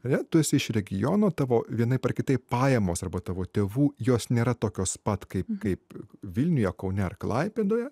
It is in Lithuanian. ane tu esi iš regiono tavo vienaip ar kitaip pajamos arba tavo tėvų jos nėra tokios pat kaip kaip vilniuje kaune ar klaipėdoje